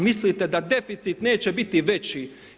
Mislite da deficit neće biti veći?